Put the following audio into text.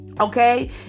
Okay